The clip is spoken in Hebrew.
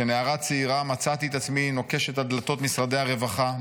כנערה צעירה מצאתי את עצמי נוקשת על דלתות משרדי הרווחה,